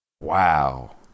Wow